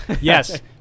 yes